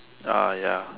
orh ya